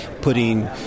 putting